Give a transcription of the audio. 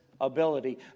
ability